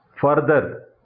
further